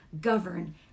govern